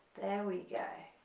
and we go